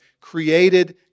created